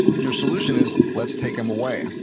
your solution is, let's take them away.